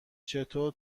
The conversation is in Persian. چطور